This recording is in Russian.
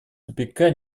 тупика